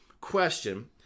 question